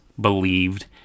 believed